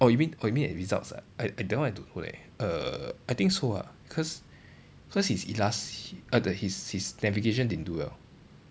oh you mean oh you mean the results ah I that one I don't know leh err I think so ah cause cause his elas~ uh no his his navigation didn't do well